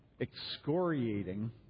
excoriating